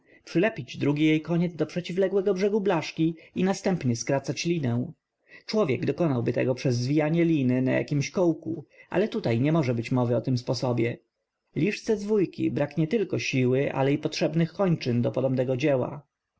przylepić drugi jej koniec do przeciwległego brzegu blaszki i następnie skracać linę człowiek dokonałby tego przez zwijanie liny na jakimś kołku ale tutaj nie może być mowy o tym sposobie liszce zwójki brak nietylko siły ale i potrzebnych kończyn do podobnego dzieła